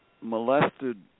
molested